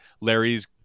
Larry's